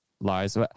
lies